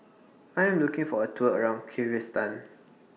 I Am looking For A Tour around Kyrgyzstan